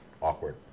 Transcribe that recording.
awkward